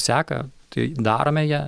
seką tai darome ją